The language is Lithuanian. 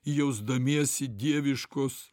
jausdamiesi dieviškos